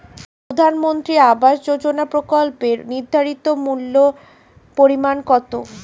প্রধানমন্ত্রী আবাস যোজনার প্রকল্পের নির্ধারিত মূল্যে পরিমাণ কত?